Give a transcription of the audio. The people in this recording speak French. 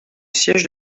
siège